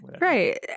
Right